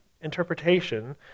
interpretation